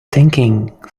thinking